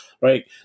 Right